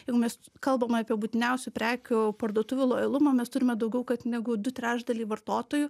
jeigu mes kalbam apie būtiniausių prekių parduotuvių lojalumą mes turime daugiau kad negu du trečdaliai vartotojų